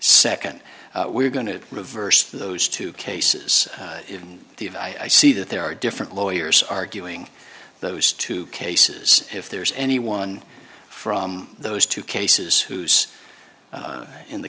second we're going to reverse those two cases and the of i see that there are different lawyers arguing those two cases if there's anyone from those two cases who's in the